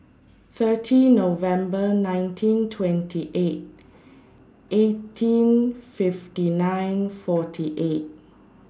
thirty November nineteen twenty eight eighteen fifty nine forty eight